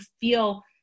feel